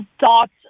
thoughts